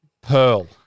pearl